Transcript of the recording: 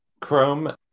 Chrome